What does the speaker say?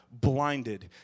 blinded